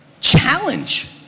Challenge